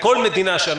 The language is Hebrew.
לצאת מהבית.